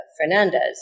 Fernandez